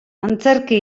antzerki